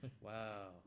wow